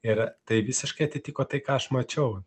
ir tai visiškai atitiko tai ką aš mačiau